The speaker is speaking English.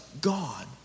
God